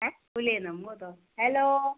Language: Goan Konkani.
ॲ उलयना मुगो तो हॅलो